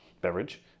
beverage